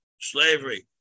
slavery